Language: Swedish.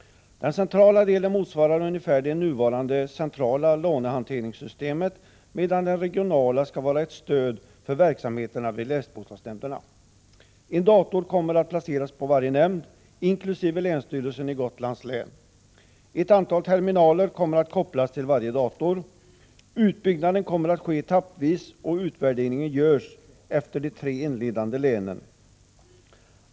Den centrala delen motsvarar ungefär det nuvarande centrala lånehanteringssystemet, medan den regionala skall vara ett stöd för verksamheterna vid länsbostadsnämnderna. En dator kommer att placeras hos varje nämnd, inkl. länsstyrelsen i Gotlands län. Ett antal terminaler kommer att kopplas till varje dator. Utbyggnaden kommer att ske etappvis, och utvärdering görs efter de tre inledande länen.